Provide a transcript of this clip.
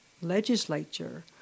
legislature